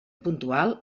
puntual